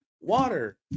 Water